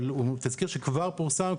הוא תזכיר שכבר פורסם,